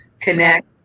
connect